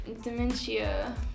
Dementia